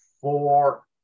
four